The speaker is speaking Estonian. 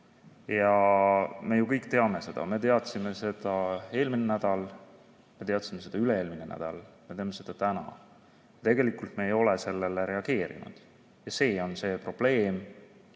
Me ju kõik teame seda. Me teadsime seda eelmine nädal, me teadsime seda üle-eelmine nädal, me teame seda täna. Tegelikult me ei ole sellele reageerinud. See on see probleem